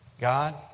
God